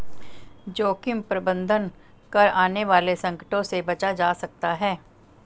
जोखिम प्रबंधन कर आने वाले संकटों से बचा जा सकता है